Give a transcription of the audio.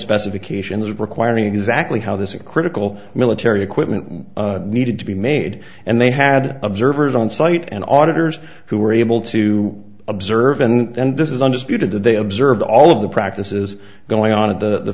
specifications requiring exactly how this a critical military equipment needed to be made and they had observers on site and auditors who were able to observe and this is undisputed that they observed all of the practices going on at the